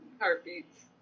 Heartbeats